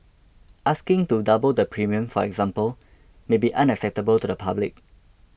asking to double the premium for example may be unacceptable to the public